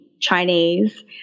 Chinese